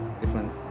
different